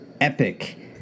Epic